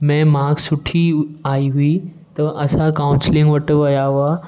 में माक्स सुठी आई हूई त असां काउंसलिंग वटि विया हुआ